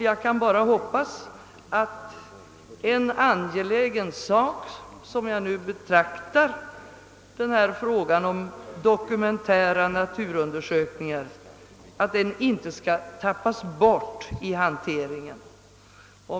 Jag kan bara hoppas att en angelägen sak — som jag anser denna fråga om dokumentära naturundersökningar vara — inte skall tap pas bort i hanteringen.